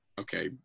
okay